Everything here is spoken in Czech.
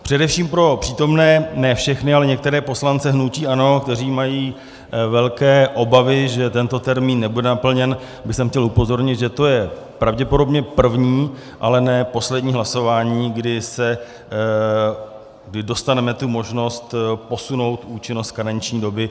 Především pro přítomné, ne všechny, ale některé poslance hnutí ANO, kteří mají velké obavy, že tento termín nebude naplněn, bych chtěl upozornit, že to je pravděpodobně první, ale ne poslední hlasování, kdy dostaneme možnost posunout účinnost karenční doby.